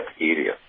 area